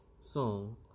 song